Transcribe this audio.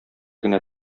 генә